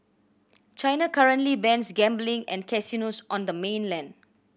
China currently bans gambling and casinos on the mainland